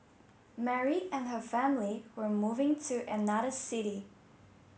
Mary and her family were moving to another city